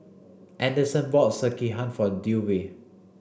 Anderson bought Sekihan for Dewey